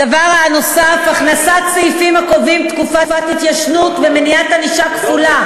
הדבר הנוסף: הכנסת סעיפים הקובעים תקופת התיישנות ומניעת ענישה כפולה